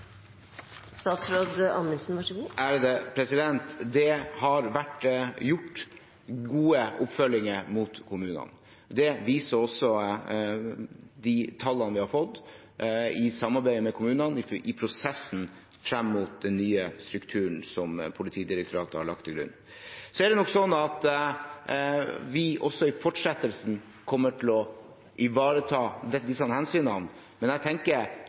Det har vært gjort gode oppfølginger overfor kommunene, i samarbeid med kommunene – det viser også de tallene vi har fått – i prosessen frem mot den nye strukturen som Politidirektoratet har lagt til grunn. Også i fortsettelsen kommer vi til å ivareta disse hensynene, men jeg tenker